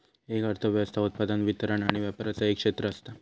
एक अर्थ व्यवस्था उत्पादन, वितरण आणि व्यापराचा एक क्षेत्र असता